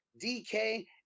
DK